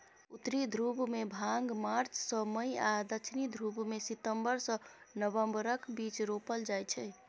उत्तरी ध्रुबमे भांग मार्च सँ मई आ दक्षिणी ध्रुबमे सितंबर सँ नबंबरक बीच रोपल जाइ छै